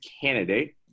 candidate